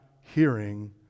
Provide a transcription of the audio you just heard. hearing